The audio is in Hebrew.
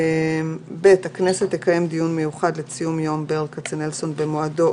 להתקין תקנות לביצועו,